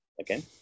again